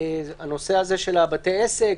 נושא בתי העסק,